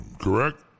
correct